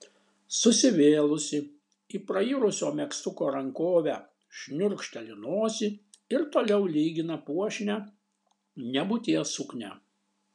susivėlusi į prairusio megztuko rankovę šniurkšteli nosį ir toliau lygina puošnią nebūties suknią